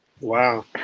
wow